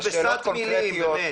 זה שאלות קונקרטיות.